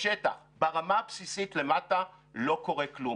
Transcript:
בשטח, ברמה הבסיסית למטה, לא קורה כלום.